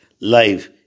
life